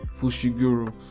fushiguro